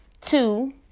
two